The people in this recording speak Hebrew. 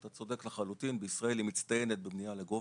אתה צודק לחלוטין, ישראל מצטיינת בבנייה לגובה,